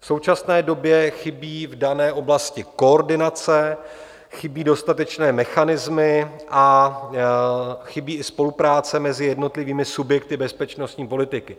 V současné době chybí v dané oblasti koordinace, chybí dostatečné mechanismy a chybí i spolupráce mezi jednotlivými subjekty bezpečnostní politiky.